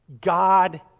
God